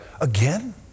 again